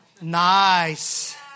Nice